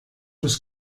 was